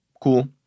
Cool